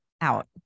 out